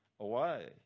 away